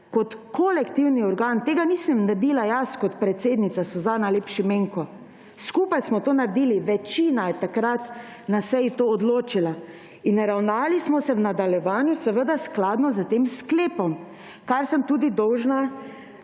kot kolektivni organ. Tega nisem naredila jaz kot predsednica Suzana Lep Šimenko, skupaj smo to naredili, večina je takrat na seji to odločila. Ravnali smo se v nadaljevanju seveda skladno s tem sklepom, kar sem tudi dolžna